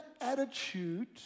attitude